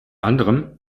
anderem